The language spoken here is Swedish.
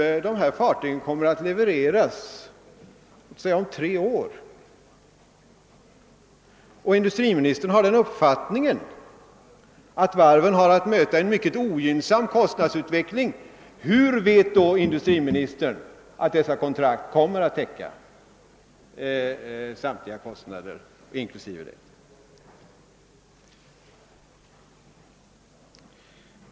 När dessa fartyg kommer att levereras, låt oss säga om tre år, och industriministern har den uppfattningen att varven har att möta en mycket ogynnsam kostnadsutveckling, hur vet då industriministern att de kontrakt som tecknas nu kommer att täcka samtliga kostnader inklusive ränta?